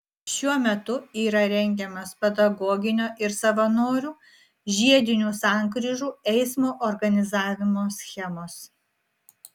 šiuo metu yra rengiamos pedagoginio ir savanorių žiedinių sankryžų eismo organizavimo schemos